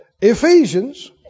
Ephesians